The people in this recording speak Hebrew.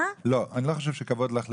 לא, אני לא חושב שכבוד לך להתווכח.